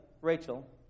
Rachel